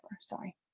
sorry